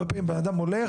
הרבה פעמים בן אדם הולך